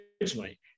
originally